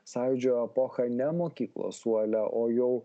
sąjūdžio epochą ne mokyklos suole o jau